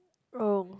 oh